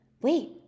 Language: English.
wait